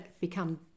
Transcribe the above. become